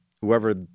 whoever